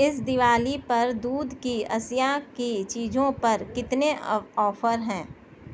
اس دوالی پر دودھ کی اشیا کی چیزوں پر کتنے آفر ہیں